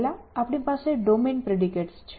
પહેલા આપણી પાસે ડોમેન પ્રેડિકેટ્સ છે